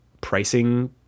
pricing